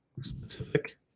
specific